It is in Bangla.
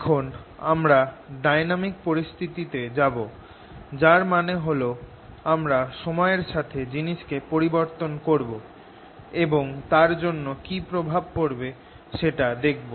এখন আমরা ডাইনামিক পরিস্থিতিতে যাব যার মানে হল আমরা সময়ের সাথে জিনিস কে পরিবর্তন করব এবং তার জন্য কি প্রভাব পড়বে সেটা দেখব